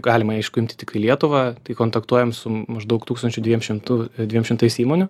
galima aišku imti tiktai lietuvą tai kontaktuojam su maždaug tūkstančiu dviem šimtu dviem šimtais įmonių